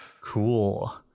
Cool